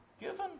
Given